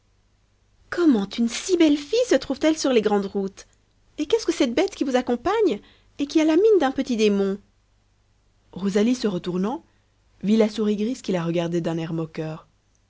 comment une si belle fille se trouve-t-elle sur les grandes routes et qu'est-ce que cette bête qui vous accompagne et qui a la mine d'un petit démon rosalie se retournant vit la souris grise qui la regardait d'un air moqueur